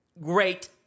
great